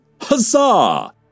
Huzzah